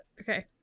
Okay